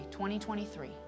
2023